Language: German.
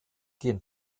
gehen